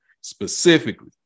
specifically